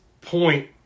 point